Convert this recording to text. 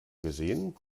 gesehen